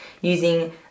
using